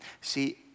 See